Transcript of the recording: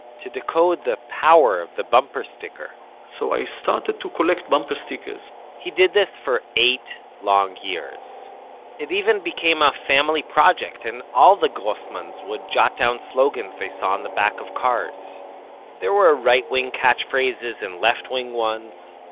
to decode the power of the bumper sticker so i started to collect bumper stickers he did this for eight long years it even became a family project, and all the grossmans would jot down slogans they saw on the back of cars there were ah right-wing catchphrases and left-wing ones.